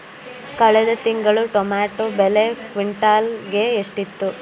ಕಳೆದ ತಿಂಗಳು ಟೊಮ್ಯಾಟೋ ಬೆಲೆ ಕ್ವಿಂಟಾಲ್ ಗೆ ಎಷ್ಟಿತ್ತು?